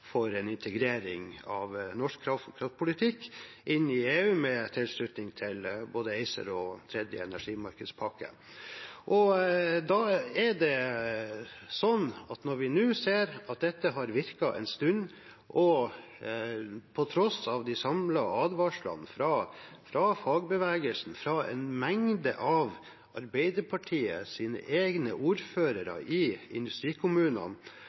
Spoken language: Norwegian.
for en integrering av norsk kraftpolitikk i EU, med tilslutning til både ACER og tredje energimarkedspakke. Når vi nå ser at dette har virket en stund, på tross av de samlede advarslene fra fagbevegelsen og en mengde av Arbeiderpartiets egne ordførere i industrikommunene,